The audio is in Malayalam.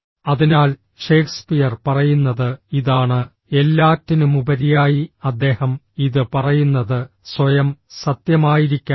അതിനാൽ ഷേക്സ്പിയർ പറയുന്നത് ഇതാണ് എല്ലാറ്റിനുമുപരിയായി അദ്ദേഹം ഇത് പറയുന്നത് സ്വയം സത്യമായിരിക്കാനാണ്